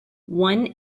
one